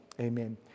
amen